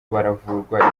baravurwa